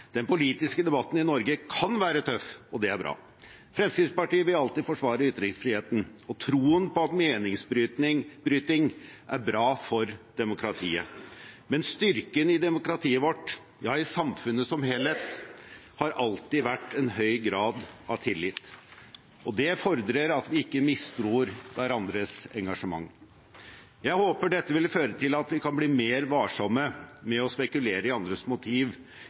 Den politiske debatten i Norge kan være tøff, og det er bra. Fremskrittspartiet vil alltid forsvare ytringsfriheten og troen på at meningsbryting er bra for demokratiet, men styrken i demokratiet vårt, ja i samfunnet som helhet, har alltid vært en høy grad av tillit. Det fordrer at vi ikke mistror hverandres engasjement. Jeg håper dette vil føre til at vi kan bli mer varsomme med å spekulere i andres